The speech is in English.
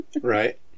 Right